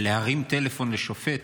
להרים טלפון לשופט,